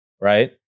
right